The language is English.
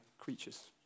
creatures